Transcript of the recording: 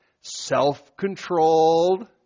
self-controlled